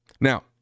Now